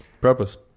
purpose